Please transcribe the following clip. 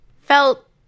felt